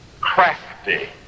crafty